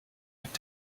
mit